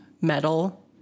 metal